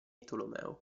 tolomeo